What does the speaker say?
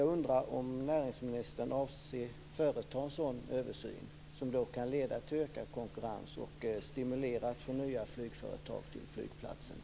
Jag undrar om näringsministern avser att företa en sådan översyn, som då kan leda till ökad konkurrens och stimulera till att vi får nya flygföretag till flygplatserna.